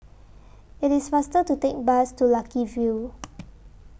IT IS faster to Take Bus to Lucky View